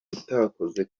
utakoze